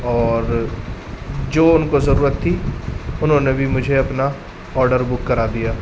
اور جو ان کو ضرورت تھی انہوں نے بھی مجھے اپنا آڈر بک کرا دیا